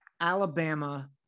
Alabama